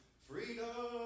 freedom